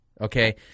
Okay